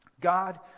God